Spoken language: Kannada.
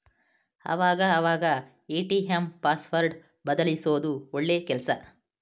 ಆವಾಗ ಅವಾಗ ಎ.ಟಿ.ಎಂ ಪಾಸ್ವರ್ಡ್ ಬದಲ್ಯಿಸೋದು ಒಳ್ಳೆ ಕೆಲ್ಸ